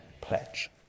pledge